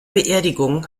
beerdigung